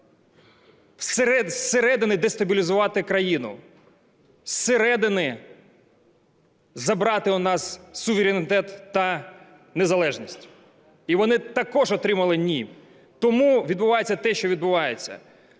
зсередини дестабілізувати країну, зсередини забрати у нас суверенітет та незалежність. І вони також отримали "ні". Тому відбувається те, що відбувається.